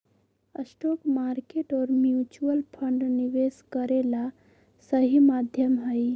stock market और mutual fund निवेश करे ला सही माध्यम हई